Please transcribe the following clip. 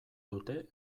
dute